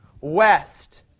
west